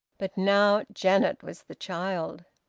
but now janet was the child.